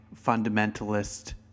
fundamentalist